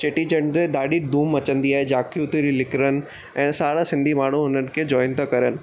चेटीचंड ते ॾाढी धूम मचंदी आहे झाकियूं तरी निकिरनि ऐं सारा सिंधी माण्हू उन्हनि खे जॉइन था करनि